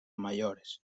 mayores